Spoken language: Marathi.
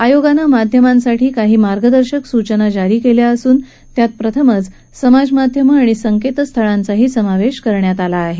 आयोगानं माध्यमांसाठी काही मार्गदर्शक सूचना जारी केल्या असून यात पहिल्यांदाच समाजमाध्यमं आणि संकेतस्थळांचाही समावेश केला आहे